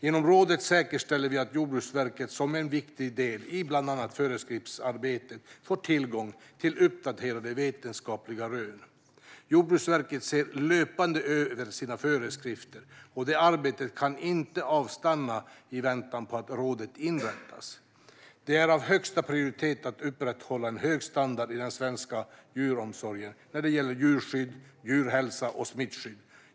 Genom rådet säkerställer vi att Jordbruksverket som en viktig del i bland annat föreskriftsarbetet får tillgång till uppdaterade vetenskapliga rön. Jordbruksverket ser löpande över sina föreskrifter, och det arbetet kan inte avstanna i väntan på att rådet inrättas. Det är av högsta prioritet att upprätthålla en hög standard i den svenska djuromsorgen när det gäller djurskydd, djurhälsa och smittskydd.